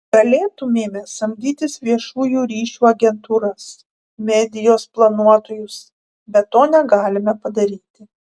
galėtumėme samdytis viešųjų ryšių agentūras medijos planuotojus bet to negalime padaryti